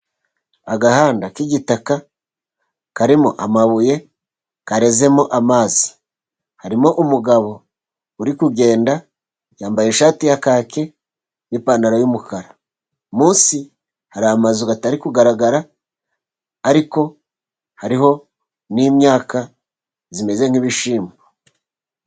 Agahanda k'igitaka karimo amabuye karezemo amazi. Harimo umugabo uri kugenda yambaye ishati ya kaki n'ipantaro y'umukara. Munsi hari amazu atari kugaragara ariko hariho n'imyaka imeze nk'ibishyimbo.